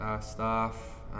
staff